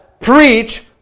Preach